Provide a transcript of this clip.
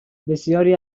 بسیاری